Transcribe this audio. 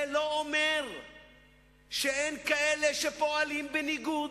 זה לא אומר שאין כאלה שפועלים בניגוד,